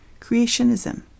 Creationism